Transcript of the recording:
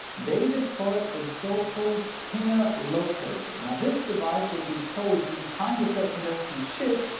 they deploy a so-called pinger locator. now, this device will be towed behind a search-and-rescue ship,